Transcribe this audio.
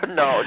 no